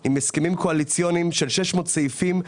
עם הסכמים קואליציוניים של 600 סעיפים,